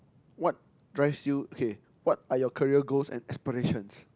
what drives you okay what are your career goals and aspirations